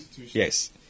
yes